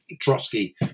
Trotsky